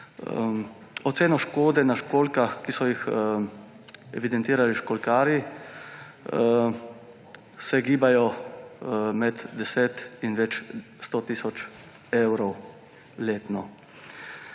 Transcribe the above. Ocena škode na školjkah, ki so jo evidentirali školjkarji, se giba med deset in več sto tisoč evrov letno.